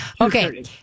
Okay